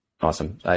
Awesome